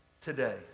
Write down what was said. today